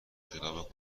کتاب